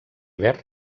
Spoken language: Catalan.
verd